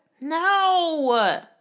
no